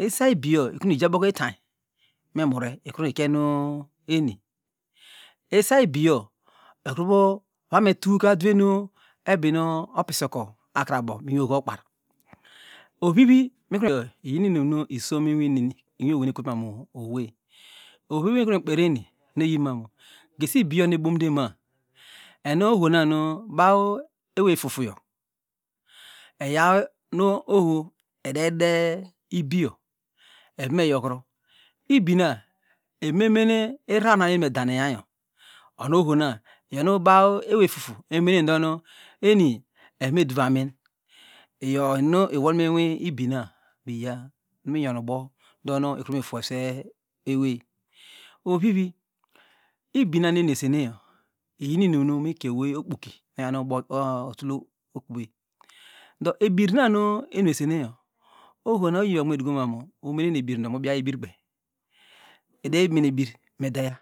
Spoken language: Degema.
isa ibiyo ikinu ijabo itany memure ikinu kienu eni isaibigo ekruvame tuke adwenu ebirn opisoko akrabo inwi oho okpar ovi liginu inurnu isom monoineni inuwi owey nwey nwekoturnawowey ovivi nu mukru ni kperieni neyimam gesibiyo nu ebomima enu ohona nu baw ewey fufuyo evonde nuoho ede delibiyo evomene yokoro ibina evomene irararnanuenimedanenyayo onu ohona eyonu baw ewey fufuyo memenedonu enie evomduvamin iyo inum nu iwolmu ibina iya numyonubo donu ikrum fuese ewey ovivi ibinamnuerni meseneyo iyinu inunu mike owey okpoki bo otulte okuvey ndo ebirnanu eniemsweniago ohona oyi okunumedukomanu umenene ebir doibiaye ebir kpey edei mene ebir me deya